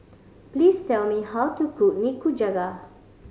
please tell me how to cook Nikujaga